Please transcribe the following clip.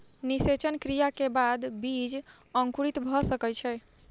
निषेचन क्रिया के बाद बीज अंकुरित भ सकै छै